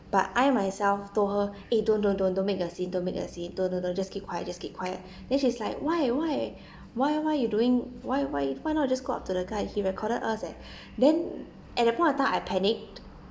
but I myself told her eh don't don't don't don't make a scene don't make a scene don't don't don't just keep quiet just keep quiet then she's like why why why why you doing why why why not just go up to the guy he recorded us eh then at the point of time I panicked